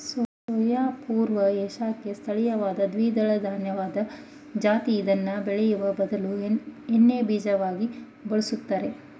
soya ಪೂರ್ವ ಏಷ್ಯಾಕ್ಕೆ ಸ್ಥಳೀಯವಾದ ದ್ವಿದಳಧಾನ್ಯದ ಜಾತಿ ಇದ್ನ ಬೇಳೆಯ ಬದಲು ಎಣ್ಣೆಬೀಜವಾಗಿ ಬಳುಸ್ತರೆ